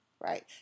right